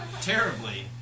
Terribly